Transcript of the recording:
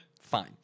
Fine